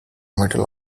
middle